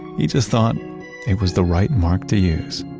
he just thought it was the right mark to use